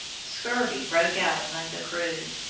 scurvy broke out among the crew.